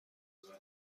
خودتان